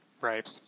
Right